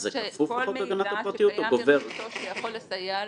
כל מידע שקיים --- שיכול לסייע לו,